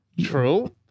True